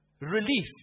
relief